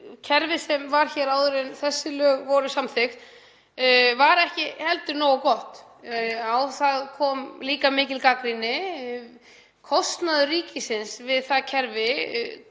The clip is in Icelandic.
kerfið sem var hér áður en þessi lög voru samþykkt var ekki heldur nógu gott. Á það kom líka mikil gagnrýni. Kostnaður ríkisins við það kerfi